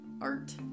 art